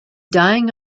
dyeing